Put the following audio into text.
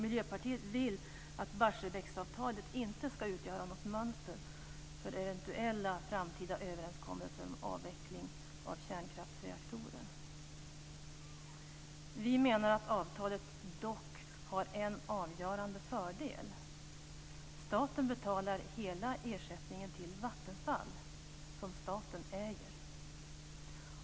Miljöpartiet vill att Barsebäcksavtalet inte ska utgöra något mönster för eventuella framtida överenskommelser om avveckling av kärnkraftsreaktorer. Vi menar dock att avtalet har en avgörande fördel. Staten betalar hela ersättningen till Vattenfall som staten äger.